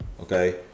Okay